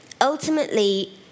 ultimately